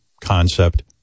concept